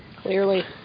Clearly